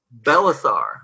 Belisar